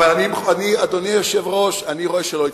אבל, אדוני היושב-ראש, אני רואה שלא הצלחתי.